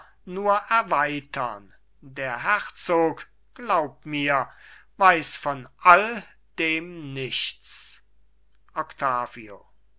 nur erweitern der herzog glaub mir weiß von all dem nichts